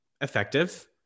effective